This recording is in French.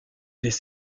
des